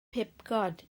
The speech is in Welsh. pibgod